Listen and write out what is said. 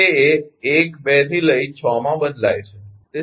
તેથી 𝑘 એ 12 6 માં બદલાય છે